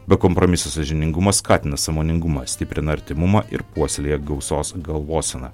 bekompromisis sąžiningumas skatina sąmoningumą stiprina artimumą ir puoselėja gausos galvoseną